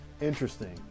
interesting